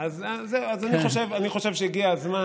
אז אני חושב שהגיע הזמן,